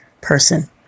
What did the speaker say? person